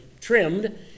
trimmed